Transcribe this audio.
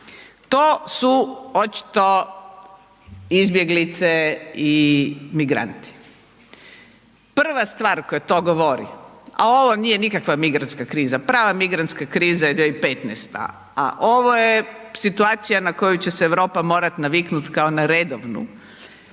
To su očito izbjeglice i migranti. Prva stvar koja to govori a ovo nije nikakva migrantska kriza, prva migrantska kriza je 2015. a ovo je situacija na koju će se Europa moram naviknut kao na redovnu.